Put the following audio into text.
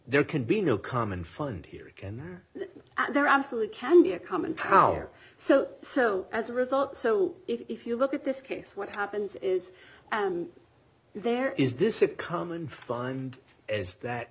there can be no common fund here again and there absolutely can be a common power so so as a result so if you look at this case what happens is there is this a common find is that